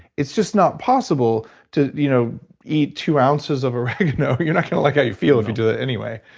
it's just not possible to you know eat two ounces of oregano. you're not gonna like how you feel if you do that, anyway.